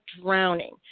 drowning